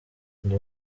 ndi